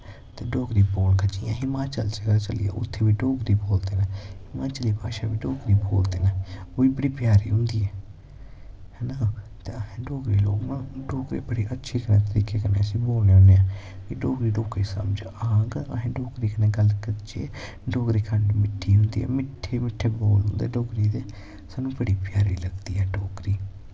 ते डोगरी बोलगा जियां हिमाचल च गै चली जाओ उत्थें बी डोगरी बोलदे नै हिमाचली भाशा बी डोगरी बोलदे नै ओह् बी बड़ा प्यारी होंदी ऐ हैना ते अस डोगरे लोना डोगरी बड़े अच्छे तरीके कन्नै अस बोल्ली लैन्ने आं डोगरी लोकें समझ आह्ग अस डोगरी कन्नै गल्ल करचै डोगरी खंड मिच्छी होंदी ऐ मिट्ठे मिट्ठे बोल होंदे डोगरी दे साह्नू बड़ा प्यारी लगदी ऐ डोगरी